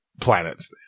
planets